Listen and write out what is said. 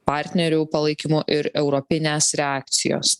partnerių palaikymo ir europinės reakcijos